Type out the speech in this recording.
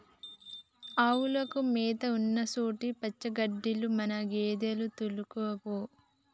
ఆవులకు మేత ఉన్నసొంటి పచ్చిగడ్డిలకు మన గేదెలను తోల్కపో